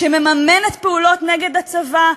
מממנת פעולות נגד הצבא,